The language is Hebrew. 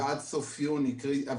ועד סוף אוגוסט,